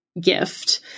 gift